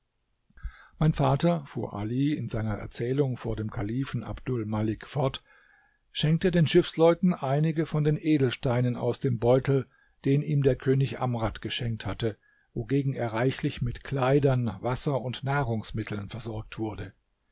mein vater fuhr ali in seiner erzählung vor dem kalifen abdul malik fort schenkte den schiffsleuten einige von den edelsteinen aus dem beutel den ihm der könig amrad geschenkt hatte wogegen er reichlich mit kleidern wasser und nahrungsmitteln versorgt wurde